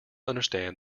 understand